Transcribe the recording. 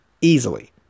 easily